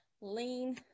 lean